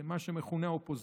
במה שמכונה האופוזיציה,